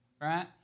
right